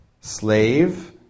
Slave